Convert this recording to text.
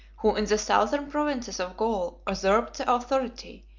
who in the southern provinces of gaul usurped the authority,